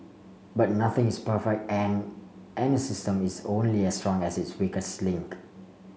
but nothing is perfect and any system is only as strong as its weakest link